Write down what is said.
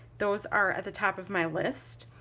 those are at the top of my list.